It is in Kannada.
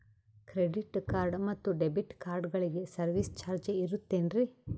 ಕ್ರೆಡಿಟ್ ಕಾರ್ಡ್ ಮತ್ತು ಡೆಬಿಟ್ ಕಾರ್ಡಗಳಿಗೆ ಸರ್ವಿಸ್ ಚಾರ್ಜ್ ಇರುತೇನ್ರಿ?